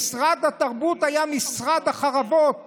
משרד התרבות היה משרד החרבות